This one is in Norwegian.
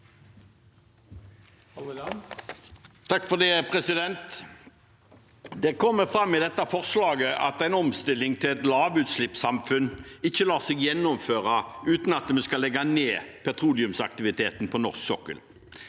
(FrP) Det kommer fram i dette forslaget at en omstilling til et lavutslippssamfunn ikke lar seg gjennomføre uten at vi skal legge ned petroleumsaktiviteten på norsk sokkel.